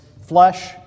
flesh